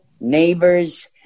neighbors